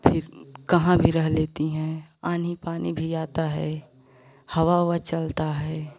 फिर कहाँ भी रह लेती हैं आन्ही पानी भी आता है हवा ओवा चलता है